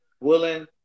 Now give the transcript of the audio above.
willing